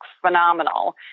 phenomenal